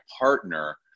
partner